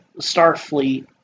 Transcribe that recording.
Starfleet